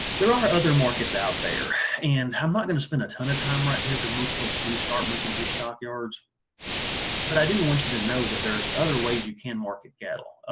there are other markets out there and i'm not going to spend a ton of time right here because most folks do start moving through stockyards but i do want you to know that there's other ways you can market cattle.